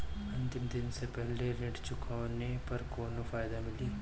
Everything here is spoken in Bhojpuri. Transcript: अंतिम दिन से पहले ऋण चुकाने पर कौनो फायदा मिली?